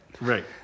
Right